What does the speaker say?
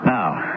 Now